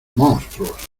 monstruos